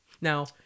Now